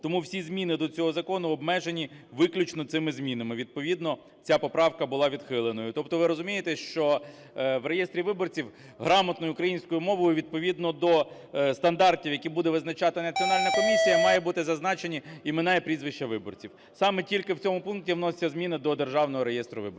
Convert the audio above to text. тому всі зміни до цього закону обмежені виключно цими змінами. Відповідно ця поправка була відхиленою. Тобто, ви розумієте, що в реєстрі виборців грамотною українською мовою відповідно до стандартів, які буде визначати Національна комісія, мають бути зазначені імена і прізвища виборців. Саме тільки в цьому пункті вносяться зміни до Державного реєстру виборців.